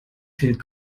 fehlt